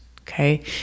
Okay